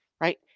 right